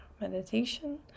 meditation